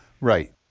Right